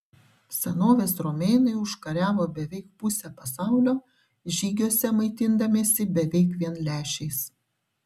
senovės romėnai užkariavo beveik pusę pasaulio žygiuose maitindamiesi beveik vien lęšiais